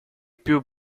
più